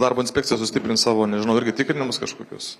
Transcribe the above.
darbo inspekcija sustiprins savo nežinau irgi tikrinimus kažkokius